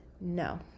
no